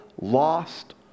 lost